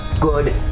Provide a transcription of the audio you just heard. good